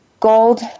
Gold